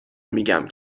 میگم